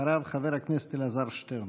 אחריו, חבר הכנסת אלעזר שטרן.